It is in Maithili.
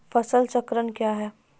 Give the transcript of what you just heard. फसल चक्रण कया हैं?